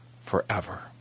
forever